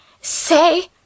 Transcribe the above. Say